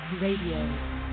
Radio